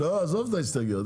לא עזוב את ההסתייגויות,